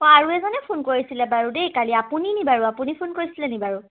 অঁ আৰু এজনে ফোন কৰিছিলে বাৰু দেই কালি আপুনি নি বাৰু আপুনি ফোন কৰিছিলে নি বাৰু